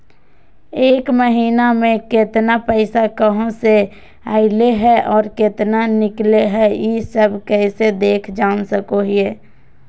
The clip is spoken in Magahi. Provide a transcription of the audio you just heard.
एक महीना में केतना पैसा कहा से अयले है और केतना निकले हैं, ई सब कैसे देख जान सको हियय?